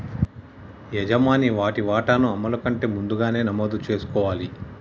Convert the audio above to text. యజమాని వాటి వాటాను అమలును కంటే ముందుగానే నమోదు చేసుకోవాలి